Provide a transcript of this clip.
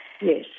Yes